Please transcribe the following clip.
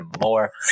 more